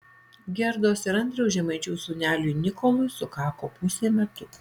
gerdos ir andriaus žemaičių sūneliui nikolui sukako pusė metukų